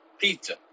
pizza